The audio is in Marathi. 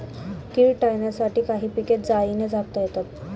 कीड टाळण्यासाठी काही पिके जाळीने झाकता येतात